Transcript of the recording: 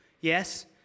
yes